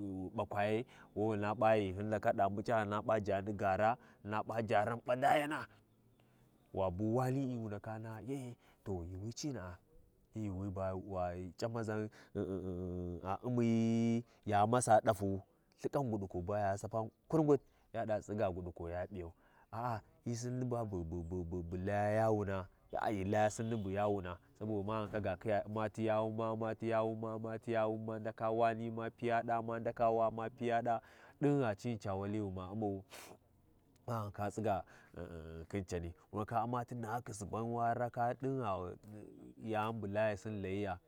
Yuu ɓakwayai, hyina P’a ghi hyin ndaka ɗa muc’a, hyina P’a jani gaara, hyina P’a jarin mbadayana, wa bu wani’i, wundaka naha ye, Yuuwi cini’a, hyi yuuwi ba wa, un C’amʒanna ghi-ghi a Ummi ya masa ɗafuwu, Lthikan guɗi baya sapa kingurt, yaɗa tsiga guɗi ya P’iyau, a,a hyi Sinni ba bu-bu-bu-bu Laya Yawuna, ah ghi Laya Sinni bu yawuna, saboda sabodi ma ndaka U’mma ti yawun, wa U’mma ti yawun, ma Umma ti yawun, ma ndaka wani ma piya ɗa, ma ndaka wa ma piya ɗa ɗingha cini ca wali wi ma U’mmau, ma ndaka tsiga ghi-ghi-gh khin cani wu ndaka ti nahakhi suban wa raka ɗingha yani---- bu layisin layiya,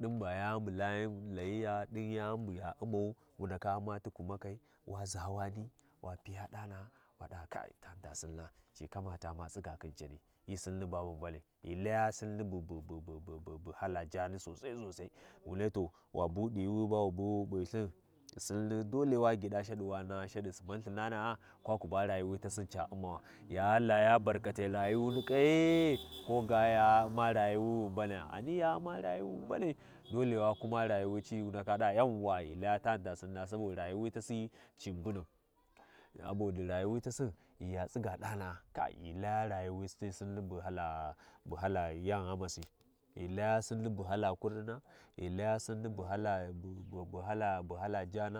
ɗingha yani bu layin layiya, ɗin yani buya U’mmau wu ndaka U’mma ti kumakai, wa ʒa wani, wa P’iya ɗana’a, wa ɗa kai, tanita sinna ci kamata ma tsiga khin cani ti, Sinni ba bu Mbanai, ghi laya Sinni bu-bu-bu-bu hala jani sosai sosai wunai to wa bu ɗi yuwi ba wu biwi wup’i lthn Sinni, dole wa gyiɗa shaɗi, wa naha sari, suban Lthanana’a, kwaku ba rayuwi tasin ca Ummawa. Ya laya barkatai, ruyuuwi kye? Koga, koga ya Umma rayuwi wi mbanayab, ghani ya Umma rayuwi wi, Yauwa, ghi laya tani ta Sinna saboda rayu wi tasi ci mbunau, sabodi rayuwi tasinwi tsiga ɗana’a kai ghi laya rayuwi ti Sinni bu hala hala yan ghamasi, ghi laya Sinni bu hala kurɗina, ghi layu Sinni bu hala, bu hala buhala buhala jana.